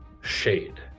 shade